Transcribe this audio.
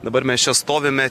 dabar mes čia stovime